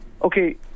Okay